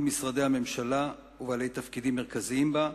משרדי הממשלה ובעלי תפקידים מרכזיים בה,